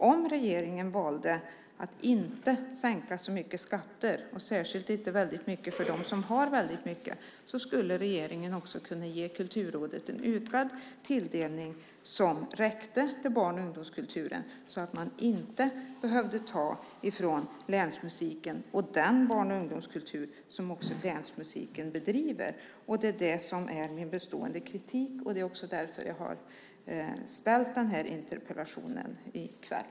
Om regeringen valde att inte sänka så många skatter, och särskilt inte för dem som har väldigt mycket, skulle regeringen kunna ge Kulturrådet en ökad tilldelning som räckte till barn och ungdomskultur så att man inte behövde ta från Länsmusiken och den barn och ungdomskultur som Länsmusiken bedriver. Det är min bestående kritik. Det är också därför jag har ställt den interpellation som debatteras i kväll.